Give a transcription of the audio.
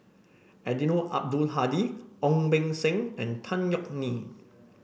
Eddino Abdul Hadi Ong Beng Seng and Tan Yeok Nee